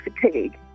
fatigue